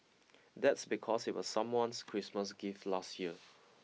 that's because it was someone's Christmas gift last year